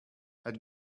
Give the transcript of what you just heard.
had